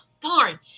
darn